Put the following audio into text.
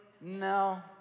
No